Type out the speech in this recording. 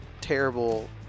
terrible